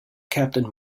captain